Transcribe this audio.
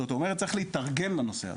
זאת אומרת צריך להתארגן לנושא הזה.